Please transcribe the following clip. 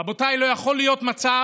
רבותיי, לא יכול להיות מצב